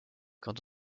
quand